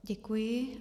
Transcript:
Děkuji.